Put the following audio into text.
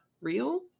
real